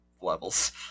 levels